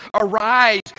arise